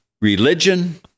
religion